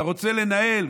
אתה רוצה לנהל?